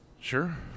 Sure